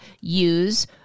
use